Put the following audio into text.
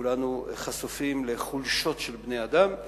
וכולנו חשופים לחולשות של בני-אדם,